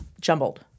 jumbled